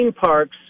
parks